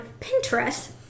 Pinterest